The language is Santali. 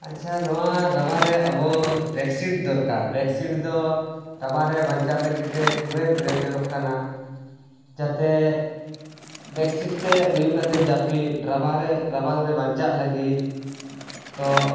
ᱟᱪᱷᱟ ᱱᱚᱣᱟ ᱨᱟᱵᱟᱝᱨᱮ ᱟᱵᱚ ᱵᱮᱰᱥᱤᱴ ᱫᱚᱨᱠᱟᱨ ᱵᱮᱰᱥᱤᱴ ᱫᱚ ᱨᱟᱵᱟᱝᱨᱮ ᱵᱟᱧᱪᱟᱜ ᱞᱟᱹᱜᱤᱫ ᱛᱮ ᱠᱷᱩᱵᱤᱭ ᱯᱨᱚᱭᱳᱡᱚᱱᱚᱜ ᱠᱟᱱᱟ ᱡᱟᱛᱮ ᱵᱮᱰᱥᱤᱴᱛᱮ ᱳᱭᱳ ᱠᱟᱛᱮ ᱡᱟᱹᱯᱤᱫ ᱰᱨᱟᱵᱟᱝᱨᱮ ᱨᱟᱵᱟᱝᱨᱮ ᱵᱟᱧᱪᱟᱜ ᱞᱟᱹᱜᱤᱫ ᱛᱚ